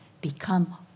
become